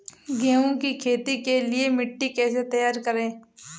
गेहूँ की खेती के लिए मिट्टी कैसे तैयार करें?